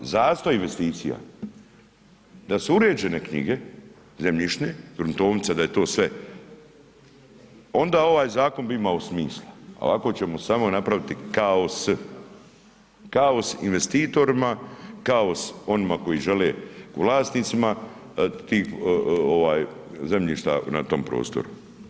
Zastoj investicija, da su uređene knjige, zemljišne, gruntovnice, da je to sve, onda ovaj zakon bi imao smisla, a ovako ćemo samo napraviti kaos, kaos investitorima, kaos onima koji žele, vlasnicima, tih zemljišta na tom prostoru.